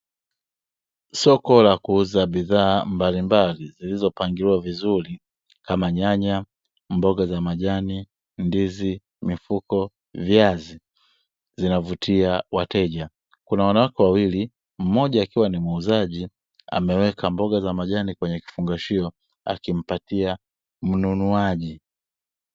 Soko la kuuza bidhaa mbalimnbali zilizopangiliwa vizuri kama, nyanya, mboga za majani, ndizi, mifuko, viazi zina vutia wateja. kuna wanawake wawili mmoja akiwa ni muuzaji ameweka mboga za majani kwenye kifungashio akimpatia mnunuaji.